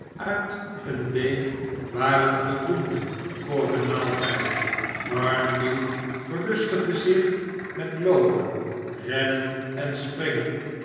uit eene beek waren voldoende voor hun maaltijd barnaby verlustigde zich met loopen rennen en springen